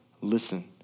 Listen